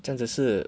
真的是